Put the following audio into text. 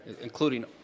Including